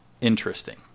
interesting